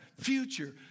future